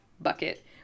bucket